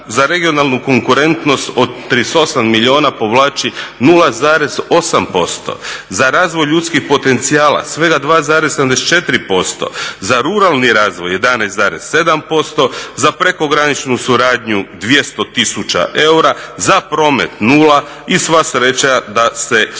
za regionalnu konkurentnost od 38 milijuna povlači 0,8%, za razvoj ljudskih potencijala svega 2,74%, za ruralni razvoj 11,7%, za prekograničnu suradnju 200 tisuća eura, za promet nula i sva sreća da su Hrvatske